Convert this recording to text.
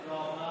תודה רבה.